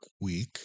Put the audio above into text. week